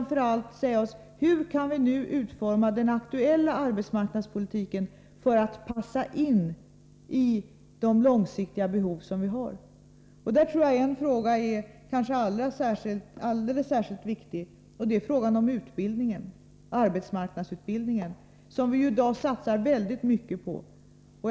Framför allt måste vi fråga oss: Hur kan vi nu utforma den aktuella arbetsmarknadspolitiken, så att den anpassas till de långsiktiga behoven? En fråga som är särskilt viktig i detta sammanhang är frågan om arbetsmarknadsutbildningen. I dag satsas väldigt mycket på denna.